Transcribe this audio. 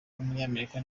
w’umunyamerika